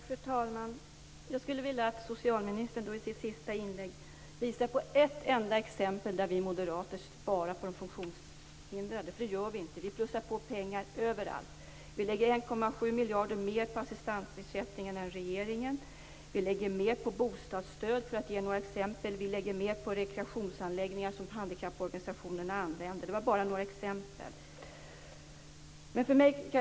Fru talman! Jag skulle vilja att socialministern i sitt sista inlägg visar på ett enda exempel där vi moderater sparar på de funktionshindrade. Det gör vi inte, utan vi plussar på pengar överallt. Vi lägger 1,7 miljarder mer på assistansersättningen än regeringen. Vi lägger mer på bostadsstödet. Vi lägger mer på rekreationsanläggningar som handikapporganisationerna använder. Det är bara några exempel. Fru talman!